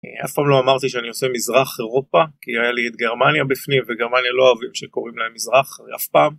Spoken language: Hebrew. אף פעם לא אמרתי שאני עושה מזרח אירופה כי היה לי את גרמניה בפנים וגרמניה לא אוהבים שקוראים להם מזרח אף פעם